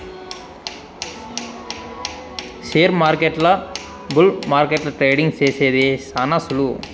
షేర్మార్కెట్ల బుల్ మార్కెట్ల ట్రేడింగ్ సేసేది శాన సులువు